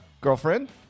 girlfriend